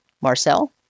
Marcel